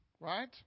right